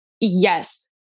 yes